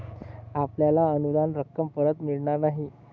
आपल्याला अनुदान रक्कम परत मिळणार नाही